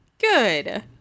good